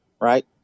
right